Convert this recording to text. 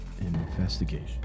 Investigation